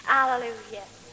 Hallelujah